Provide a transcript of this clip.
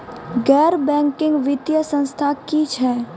गैर बैंकिंग वित्तीय संस्था की छियै?